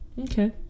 okay